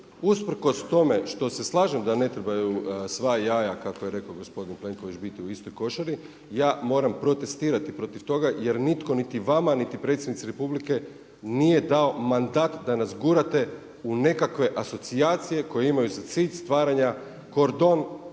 usprkos tome što se slažem da ne trebaju sva jaja kako je rekao gospodin Plenković biti u istoj košari, ja moram protestirati protiv toga je nitko niti vama niti predsjednici Republike nije dao mandat da nas gurate u nekakve asocijacije koje imaju za cilj stvaranja kordon,